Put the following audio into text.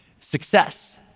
Success